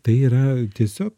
tai yra tiesiog